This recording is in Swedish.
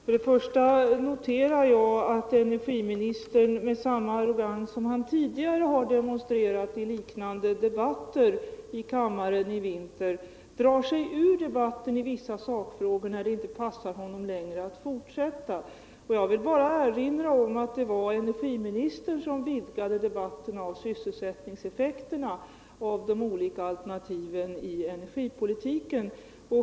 Herr talman! Jag noterar att energiministern, med samma arrogans som han tidigare har demonstrerat i liknande debatter här i kammaren under vintern, drar sig ur debatten i samband med vissa frågor, när det inte passar honom att fortsätta. Jag vill också erinra om att det var energiministern som vidgade debatten genom att ta in frågan om sysselsättningseffekterna i samband med de olika alternativen i energipolitiken.